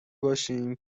باشیم